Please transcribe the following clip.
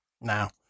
Now